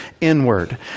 inward